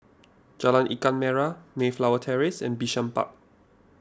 Jalan Ikan Merah Mayflower Terrace and Bishan Park